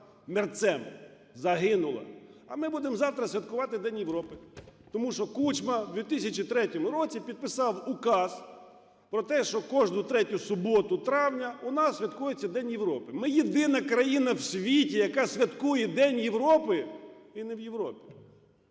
мерцем, загинула, а ми будемо завтра святкувати День Європи, тому що Кучма в 2003 році підписав указ про те, що кожну третю суботу травня у нас святкується День Європи. Ми єдина країна в світі, яка святкує День Європи - і не в Європі,